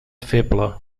feble